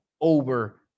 over